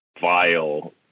vile